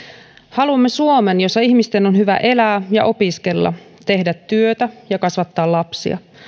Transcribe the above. haluamme suomen jossa ihmisten on hyvä elää ja opiskella tehdä työtä ja kasvattaa lapsia